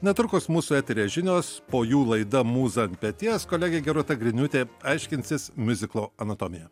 netrukus mūsų eteryje žinios po jų laida mūza ant peties kolegė gerūta griniūtė aiškinsis miuziklo anatomiją